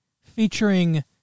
featuring